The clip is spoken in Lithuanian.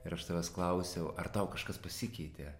ir aš tavęs klausiau ar tau kažkas pasikeitė